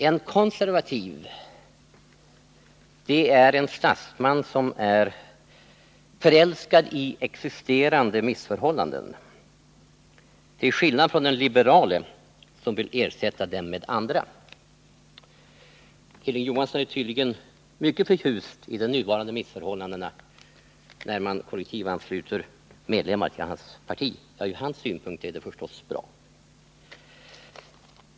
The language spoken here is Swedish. En konservativ är en statsman som är förälskad i existerande missförhållanden till skillnad från den liberale som vill ersätta dem med andra. Hilding Johansson är tydligen mycket förtjust i det nuvarande missförhållandet att kollektivansluta medlemmar till hans parti. Från hans synpunkt är det förstås bra.